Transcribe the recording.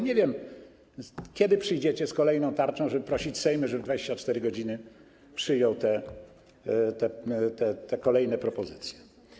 Nie wiem, kiedy przyjdziecie z kolejną tarczą, żeby prosić Sejm, żeby w 24 godziny przyjął te kolejne propozycje.